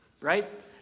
right